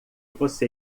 você